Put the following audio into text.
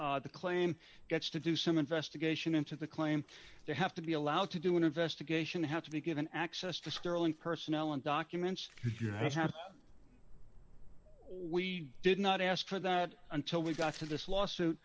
on the claim gets to do some investigation into the claim they have to be allowed to do an investigation have to be given access to sterling personnel and documents you have have we did not ask for that until we got to this lawsuit